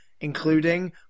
including